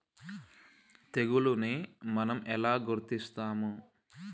తెగులుని మనం ఎలా గుర్తిస్తాము?